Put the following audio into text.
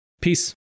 Peace